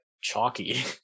chalky